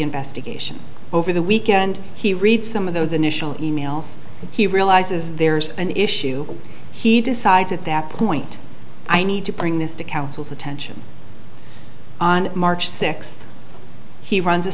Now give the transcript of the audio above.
investigation over the weekend he read some of those initial e mails he realizes there's an issue he decides at that point i need to bring this to council's attention on march sixth he runs a